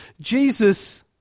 Jesus